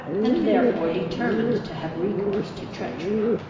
and therefore determined to have recourse to treachery.